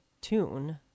tune